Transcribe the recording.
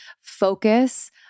focus